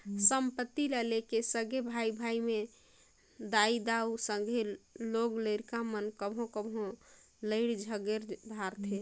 संपत्ति ल लेके सगे भाई भाई में दाई दाऊ, संघे लोग लरिका मन कभों कभों लइड़ झगेर धारथें